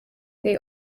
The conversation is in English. they